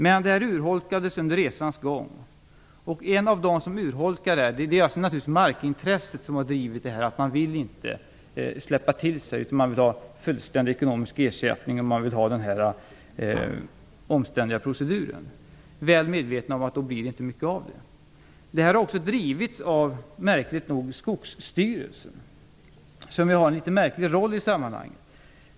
Men det här urholkades under resans gång, inte minst genom att markintressenterna inte vill släppa till marken utan vill ha fullständig ekonomisk ersättning. Man vill ha den här omständliga proceduren, väl medveten om att då blir det inte mycket av det hela. Det här har också, konstigt nog, drivits av Skogsstyrelsen, som ju har en litet märklig roll i sammanhanget.